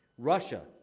russia,